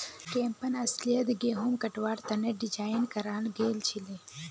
campaign अस्लियतत गहुम कटवार तने डिज़ाइन कराल गएल छीले